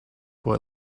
boy